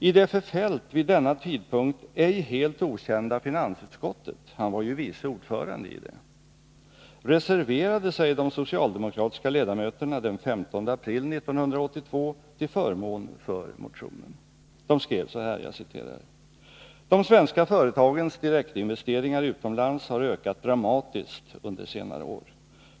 I det för herr Feldt vid denna tidpunkt ej helt okända finansutskottet — han var ju vice ordförande i det — reserverade sig de socialdemokratiska ledamöterna den 15 april 1982 till förmån för motionen. De skrev: ”De svenska företagens direktinvesteringar utomlands har ökat dramatiskt under senare år.